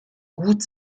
gut